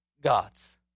God's